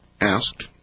asked